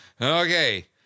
Okay